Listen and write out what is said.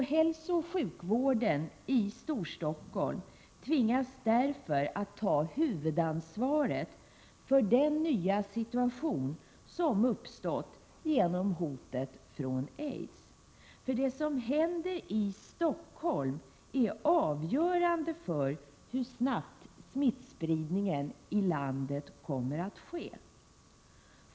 Hälsooch sjukvården i Storstockholm tvingas därför att ta huvudansvaret för den nya situation som uppstått genom hotet från aids. Det som händer i Stockholm är avgörande för hur snabbt smittspridningen i landet kommer att ske.